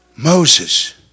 Moses